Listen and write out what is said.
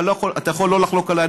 אתה יכול לא לחלוק עליי,